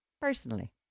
Personally